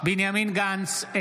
בנימין גנץ,